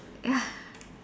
ya